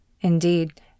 Indeed